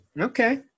Okay